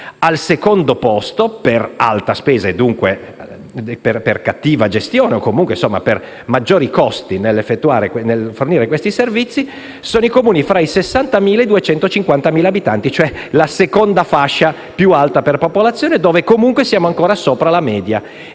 Al secondo posto per spesa elevata e, dunque, per cattiva gestione o, comunque, per maggiori costi nel fornire questi servizi vi sono i Comuni fra i 60.000 e i 250.000 abitanti, cioè la seconda fascia più alta per popolazione dove, comunque, siamo ancora sopra la media.